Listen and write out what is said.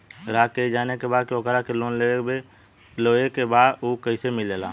ग्राहक के ई जाने के बा की ओकरा के लोन लेवे के बा ऊ कैसे मिलेला?